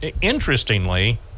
interestingly